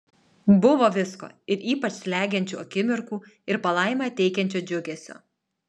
buvo visko ir ypač slegiančių akimirkų ir palaimą teikiančio džiugesio